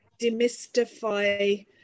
demystify